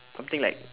something like